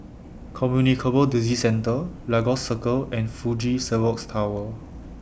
Communicable Disease Centre Lagos Circle and Fuji Xerox Tower